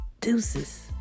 deuces